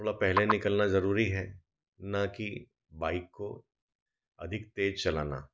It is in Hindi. थोड़ा पहले निकलना ज़रूरी है न कि बाइक़ को अधिक तेज चलाना